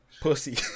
pussy